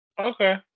Okay